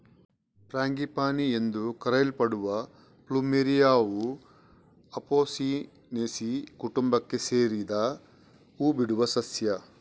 frangipani ಎಂದು ಕರೆಯಲ್ಪಡುವ ಪ್ಲುಮೆರಿಯಾವು ಅಪೊಸಿನೇಸಿ ಕುಟುಂಬಕ್ಕೆ ಸೇರಿದ ಹೂ ಬಿಡುವ ಸಸ್ಯ